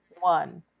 one